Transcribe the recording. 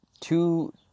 two